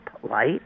polite